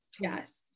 Yes